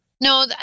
no